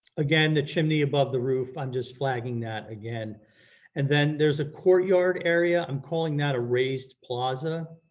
again, the chimney above the roof, i'm just flagging that again and then there's a courtyard area, i'm calling that a raised plaza.